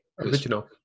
original